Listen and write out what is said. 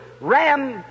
ram